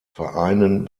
vereinen